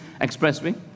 Expressway